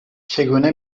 چگونه